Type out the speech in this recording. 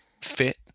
fit